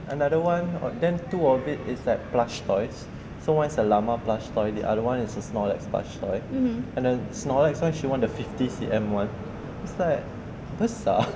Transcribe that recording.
another one of them two of it is like plush toys so one is a llama plush toy the other one is the snorlax plush toy and then snorlax one she want the fifty C_M one beside me and then snorlax why she wanted fifty C_M I was like besar